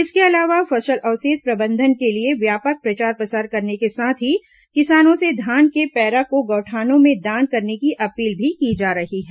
इसके अलावा फसल अवशेष प्रबंधन के लिए व्यापक प्रचार प्रसार करने के साथ ही किसानों से धान के पैरा को गौठानों में दान करने की अपील भी की जा रही है